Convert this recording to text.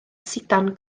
sidan